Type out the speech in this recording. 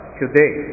today